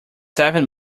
seven